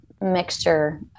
mixture